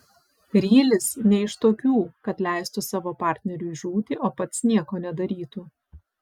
rylis ne iš tokių kad leistų savo partneriui žūti o pats nieko nedarytų